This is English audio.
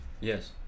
Yes